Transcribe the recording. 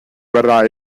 verdad